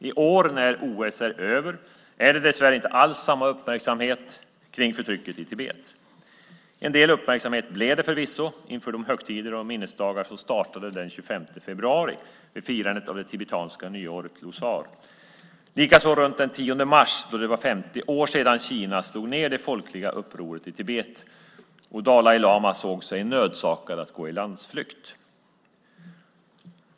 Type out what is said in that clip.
I år när OS är över är det dessvärre inte alls samma uppmärksamhet på förtrycket i Tibet. En del uppmärksamhet blev det förvisso inför de högtider och minnesdagar som startade den 25 februari vid firandet av det tibetanska nyåret Losar - likaså runt den 10 mars då det var 50 år sedan Kina slog ned det folkliga upproret i Tibet och Dalai lama såg sig nödsakad att gå i landsflykt.